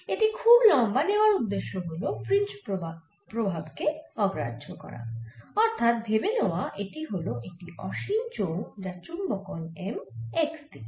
এটি খুব লম্বা নেওয়ার উদ্দেশ্য হল ফ্রিঞ্জ প্রভাব কে অগ্রাহ্য করা অর্থাৎ ভেবে নেওয়া এটি হল একটি অসীম চোঙ যার চুম্বকন M x দিকে